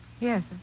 Yes